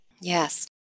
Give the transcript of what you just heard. Yes